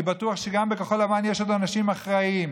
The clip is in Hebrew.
אני בטוח שגם בכחול לבן יש עוד אנשים אחראיים.